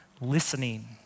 listening